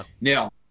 Now